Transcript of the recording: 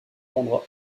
rendra